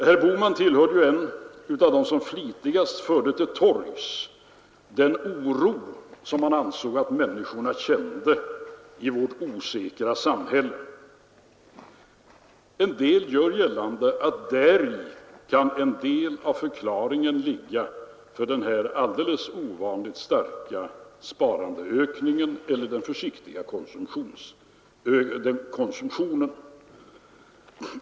Herr Bohman var en av dem som flitigast förde till torgs den oro som han ansåg att människorna kände i vårt osäkra samhälle. Somliga gör gällande att däri kan en del av förklaringen ligga till den ovanligt starka sparandeökningen eller den försiktiga konsumtionen.